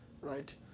Right